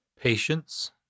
Patience